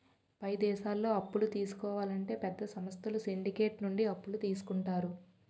పై దేశాల్లో అప్పులు తీసుకోవాలంటే పెద్ద సంస్థలు సిండికేట్ నుండి అప్పులు తీసుకుంటారు